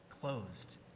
closed